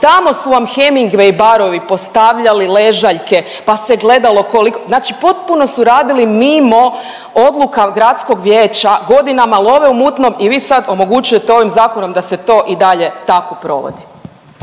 tamo su vam Hamingway barovi postavljali ležaljke pa se gledalo koliko, znači potpuno su radili mimo odluka gradskog vijeća, godinama love u mutnom i vi sad omogućujete ovim zakonom da se to i dalje tako provodi.